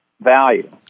value